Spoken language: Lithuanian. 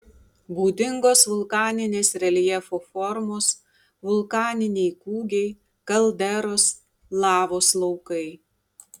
būdingos vulkaninės reljefo formos vulkaniniai kūgiai kalderos lavos laukai